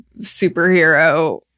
superhero